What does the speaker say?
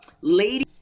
lady